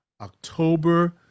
October